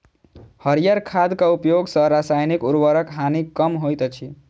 हरीयर खादक उपयोग सॅ रासायनिक उर्वरकक हानि कम होइत अछि